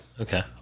Okay